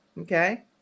okay